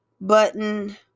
button